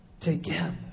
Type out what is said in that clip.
together